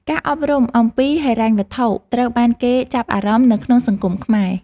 ការអប់រំអំពីហិរញ្ញវត្ថុត្រូវបានគេចាប់អារម្មណ៍នៅក្នុងសង្គមខ្មែរ។